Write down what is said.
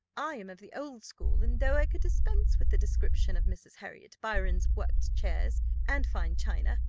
i am of the old school and though i could dispense with the description of miss harriot byron's worked chairs and fine china,